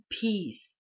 peace